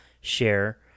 share